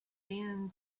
thin